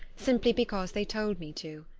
simply because they told me to.